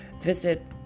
visit